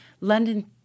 London